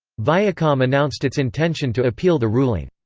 viacom announced its intention to appeal the ruling.